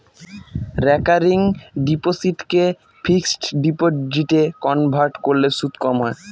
recurring ডিপোসিটকে fixed ডিপোজিটে convert করলে সুদ কম হয়